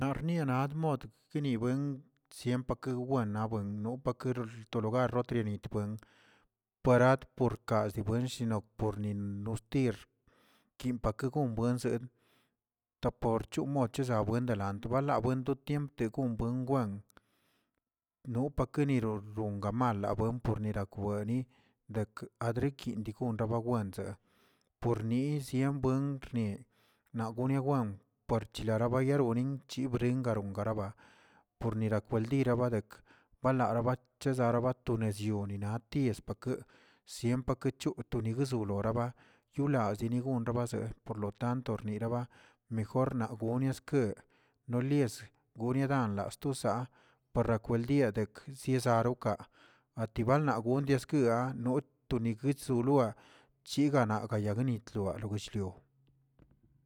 Rienad mod kenibuen siempakenienabuen no paker xitolugar notrienit buen parat por kazi buen sino pornin nostir kim pakegon buen toporchi mod labuen delant baalabuen tutiemptki gom buen buen, no pakerinor gama labuen nirakwenidek adrenkinrik raba babuenze, porni siembən rnieꞌ naꞌ gune wenparchilara bayarorin chibrin garon garaba pornira kwaldira badek, balara chezara tonezyonen aties pakə sien pakechu tunigzularaba yulazinigun rabaze por lotant rniraba mejor nagoneskə nolias gone ganlaa stosaa parrakweldiadek ziezarowka, atibangondieskaa tuniguidsnigua chigana gayagnitloa loguell lio.